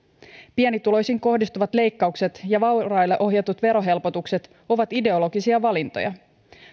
pienituloisiin kohdistuvat leik kaukset ja vauraille ohjatut verohelpotukset ovat ideologisia valintoja